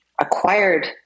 acquired